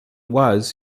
was